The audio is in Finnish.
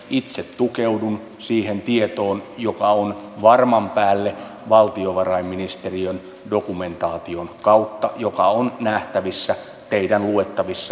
itse tukeudun siihen tietoon joka on varman päälle valtiovarainministeriön dokumentaation kautta joka on nähtävissä teidän luettavissanne hallitusohjelmasta